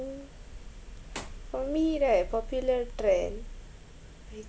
for me right popular trend I